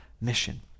mission